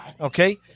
Okay